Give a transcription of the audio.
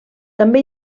també